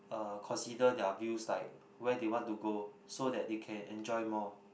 uh consider their views like where they want to go so that they can enjoy more